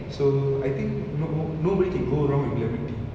so I think no no nobody can go wrong with lemon tea